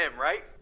right